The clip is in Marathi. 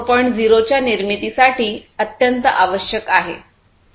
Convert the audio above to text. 0 च्या निर्मितीसाठी अत्यंत आवश्यक आहे